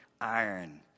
iron